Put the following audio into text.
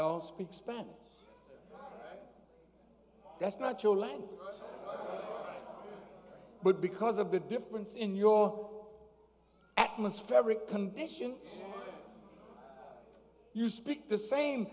don't speak spanish that's not to land but because of the difference in your atmospheric conditions you speak the same